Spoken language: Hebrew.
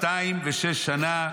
מאתיים ושש שנה".